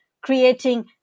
creating